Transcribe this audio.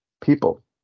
people